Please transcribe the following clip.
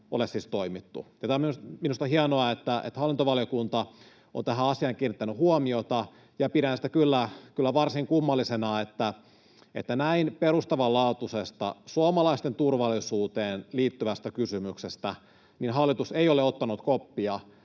ole siis toimittu. Tämä on minusta hienoa, että hallintovaliokunta on tähän asiaan kiinnittänyt huomiota. Ja pidän sitä kyllä varsin kummallisena, että näin perustavanlaatuisesta suomalaisten turvallisuuteen liittyvästä kysymyksestä hallitus ei ole ottanut koppia